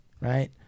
right